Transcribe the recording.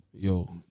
Yo